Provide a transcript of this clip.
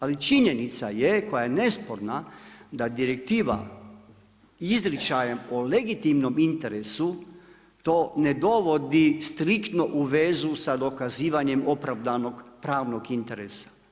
Ali činjenica je koja je nesporna, da direktiva izričajem o legitimnom interesu to ne dovodi striktno u vezu sa dokazivanjem opravdanog pravnog interesa.